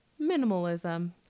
minimalism